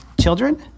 children